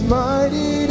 mighty